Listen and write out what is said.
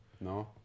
No